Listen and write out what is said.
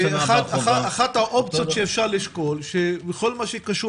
אחת האופציות שאפשר לשקול שבכל מה שקשור